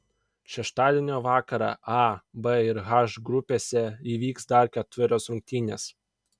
šeštadienio vakarą a b ir h grupėse įvyks dar ketverios rungtynės